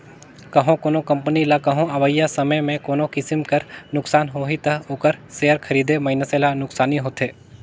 कहों कोनो कंपनी ल कहों अवइया समे में कोनो किसिम कर नोसकान होही ता ओकर सेयर खरीदे मइनसे ल नोसकानी होथे